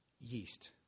yeast